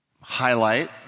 highlight